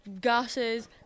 gases